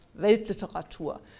Weltliteratur